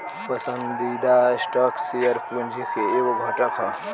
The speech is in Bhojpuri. पसंदीदा स्टॉक शेयर पूंजी के एगो घटक ह